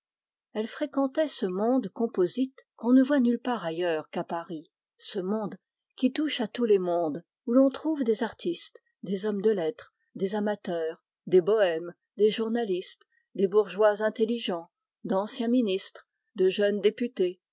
elle fréquentait ce monde composite qui touche à tous les mondes où l'on trouve des artistes des hommes de lettres des amateurs des bohèmes des journalistes des bourgeois intelligents d'anciens ministres de jeunes députés